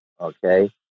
Okay